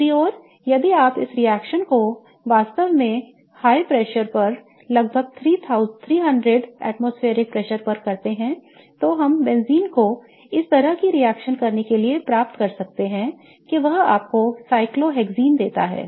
दूसरी ओर यदि आप इस रिएक्शन को वास्तव में उच्च दबाव लगभग 300 वायुमंडल दबाव पर करते हैं तो हम बेंजीन को इस तरह की रिएक्शन करने के लिए प्राप्त कर सकते हैं कि यह आपको साइक्लोहेक्सेन देता है